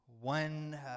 one